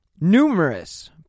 numerous